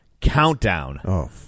Countdown